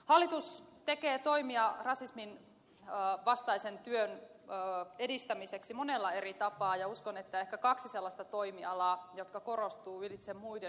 hallitus tekee toimia rasisminvastaisen työn edistämiseksi monella eri tapaa ja uskon että on ehkä kaksi sellaista toimialaa jotka korostuvat ylitse muiden